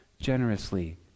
generously